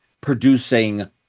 producing